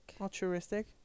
Altruistic